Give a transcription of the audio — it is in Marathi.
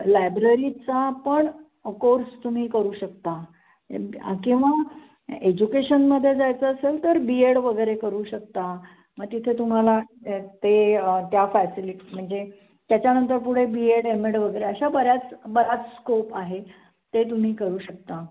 लायब्ररीचा पण कोर्स तुम्ही करू शकता किंवा एज्युकेशनमध्ये जायचं असेल तर बी एड वगैरे करू शकता मग तिथे तुम्हाला ते त्या फॅसिलिटीस म्हणजे त्याच्यानंतर पुढे बी एड एम एड वगैरे अशा बऱ्याच बराच स्कोप आहे ते तुम्ही करू शकता